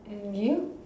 and you